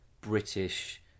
British